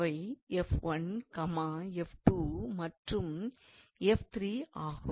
அவை 𝑓1 𝑓2 மற்றும் 𝑓3 ஆகும்